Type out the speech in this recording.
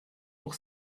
pour